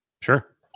Sure